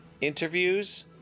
interviews